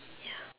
ya